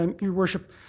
your worship,